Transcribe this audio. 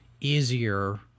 easier